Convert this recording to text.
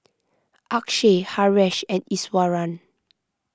Akshay Haresh and Iswaran